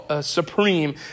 supreme